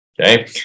okay